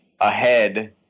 ahead